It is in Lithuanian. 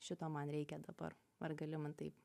šito man reikia dabar ar gali man tai